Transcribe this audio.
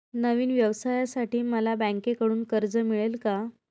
नवीन व्यवसायासाठी मला बँकेकडून कर्ज मिळेल का?